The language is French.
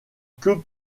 que